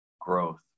growth